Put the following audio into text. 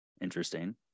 Interesting